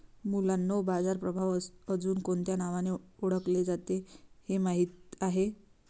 मुलांनो बाजार प्रभाव अजुन कोणत्या नावाने ओढकले जाते हे माहित आहे?